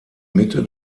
mitte